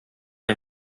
ein